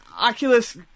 Oculus